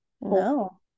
No